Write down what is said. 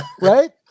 right